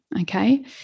Okay